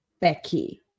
Becky